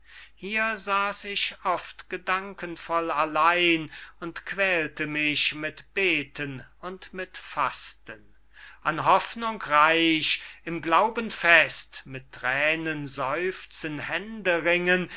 hier saß ich oft gedankenvoll allein und quälte mich mit beten und mit fasten an hoffnung reich im glauben fest mit thränen seufzen